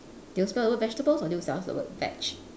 do you spell the word vegetables or do you spell the word veg